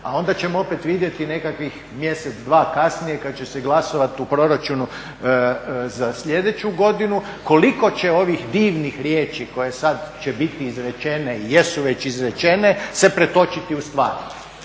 a onda ćemo opet vidjeti nekakvih mjesec, dva kasnije kad će se glasovati u proračunu za sljedeću godinu, koliko će ovih divnih riječi koje sad će biti izrečene, jesu već izrečene, se pretočiti u stvarnost.